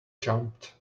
jumped